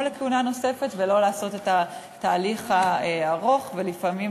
לכהונה נוספת ולא לעשות את התהליך הארוך ולפעמים